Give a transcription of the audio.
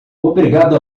obrigado